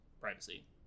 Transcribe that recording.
privacy